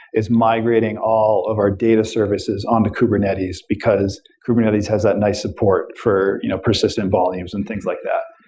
is migrating all of our data services on the kubernetes, because kubernetes has that nice support for you know persistent volumes and things like that.